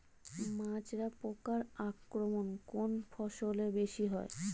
মাজরা পোকার আক্রমণ কোন ফসলে বেশি হয়?